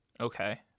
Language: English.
Okay